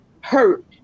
hurt